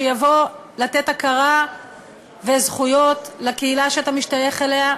שיבוא לתת הכרה וזכויות לקהילה שאתה משתייך אליה,